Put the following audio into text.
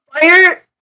fire